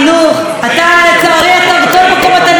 אתה, לצערי, בכל מקום אתה נמצא, מיקי.